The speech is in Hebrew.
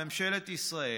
ממשלת ישראל,